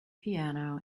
piano